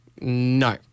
No